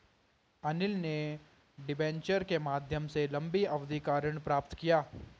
अनिल ने डिबेंचर के माध्यम से लंबी अवधि का ऋण प्राप्त किया